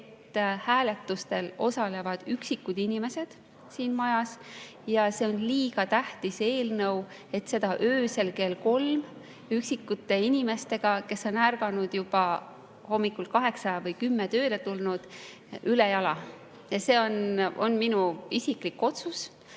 et hääletustel osalevad üksikud inimesed siin majas, aga see on liiga tähtis eelnõu, et seda öösel kell kolm üksikute inimestega, kes on ärganud juba hommikul kella 8 ajal või kell 10 tööle tulnud, ülejala. See on minu isiklik otsus.